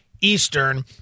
Eastern